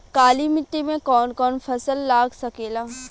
काली मिट्टी मे कौन कौन फसल लाग सकेला?